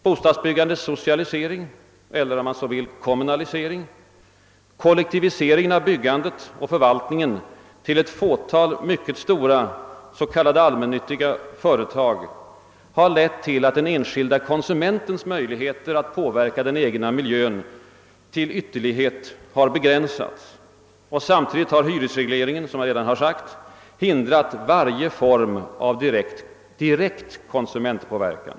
Bostadsbyggandets socialisering, eller om man så vill kommunalisering, kollektiviseringen av byggandet och förvaltningen till ett fåtal mycket stora s.k. allmännyttiga företag har lett till att den enskilde konsumentens möjligheter att påverka den egna miljön till ytterlighet har begränsats. Samtidigt har hyresregleringen, som jag redan sagt, hindrat varje form av direkt konsumentpåverkan.